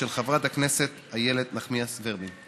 של חברת הכנסת איילת נחמיאס ורבין.